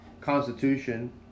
constitution